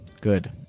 Good